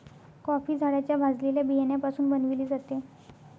coffee झाडाच्या भाजलेल्या बियाण्यापासून बनविली जाते